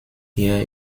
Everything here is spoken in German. hier